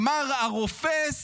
אמר הרופס